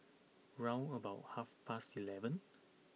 round about half past eleven